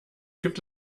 gibt